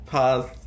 Pause